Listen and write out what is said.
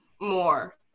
more